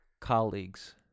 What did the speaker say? colleagues